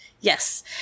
yes